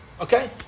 Okay